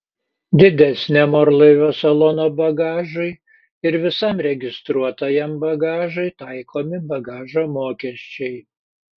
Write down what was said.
didesniam orlaivio salono bagažui ir visam registruotajam bagažui taikomi bagažo mokesčiai